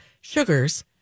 sugars